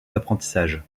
d’apprentissage